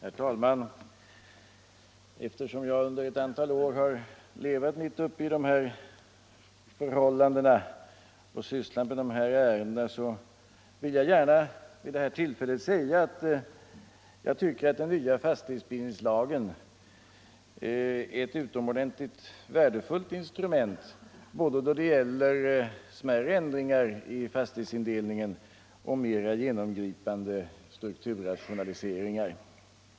Herr talman! Eftersom jag under ett antal år har levat mitt uppe i dessa förhållanden och sysslat med dessa ärenden vill jag gärna vid det här tillfället säga att jag tycker att den nya fastighetsbildningslagen är ett utomordenligt värdefullt instrument då det gäller både smärre ändringar i fastighetsindelningen och mera genomgripande strukturrationaliseringar.